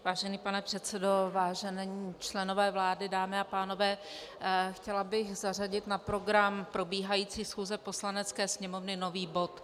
Vážený pane předsedo, vážení členové vlády, dámy a pánové, chtěla bych zařadit na program probíhající schůze Poslanecké sněmovny nový bod.